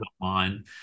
online